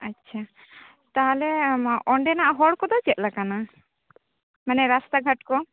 ᱟᱪᱪᱷᱟ ᱛᱟᱦᱚᱞᱮ ᱚᱸᱰᱮᱱᱟᱜ ᱦᱚᱨ ᱠᱚᱫᱚ ᱪᱮᱫ ᱞᱮᱠᱟᱱᱟ ᱢᱟᱱᱮ ᱨᱟᱥᱛᱟ ᱜᱷᱟᱴ ᱠᱚ